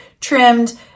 trimmed